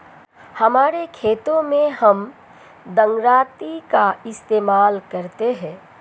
हमारे खेत मैं हम दरांती का इस्तेमाल करते हैं